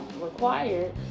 required